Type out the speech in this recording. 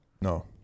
No